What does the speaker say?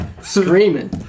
screaming